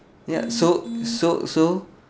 ya so so so